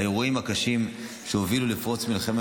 האירועים הקשים שהובילו לפרוץ מלחמת